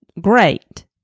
great